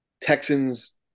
Texans